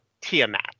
tiamat